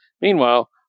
Meanwhile